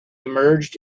emerged